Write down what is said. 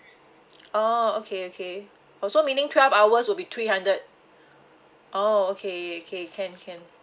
oh okay okay oh so meaning twelve hours would be three hundred oh okay okay can can